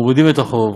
מורידים את החוב,